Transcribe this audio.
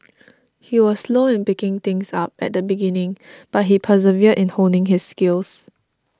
he was slow in picking things up at the beginning but he persevered in honing his skills